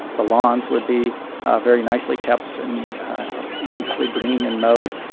the lawns would be very nicely kept and beautifully green and mowed.